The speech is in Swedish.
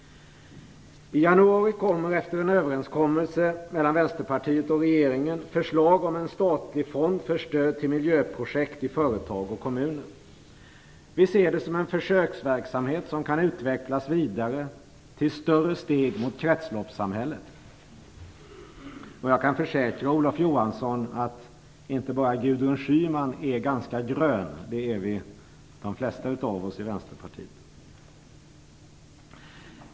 I januari kommer, efter en överenskommelse mellan Vänsterpartiet och regeringen, förslag om en statlig fond för stöd till miljöprojekt i företag och kommuner. Vi ser det som en försöksverksamhet som kan utvecklas vidare till större steg mot kretsloppssamhället. Jag kan försäkra Olof Johansson att inte bara Gudrun Schyman är ganska grön - det är de flesta av oss i Vänsterpartiet.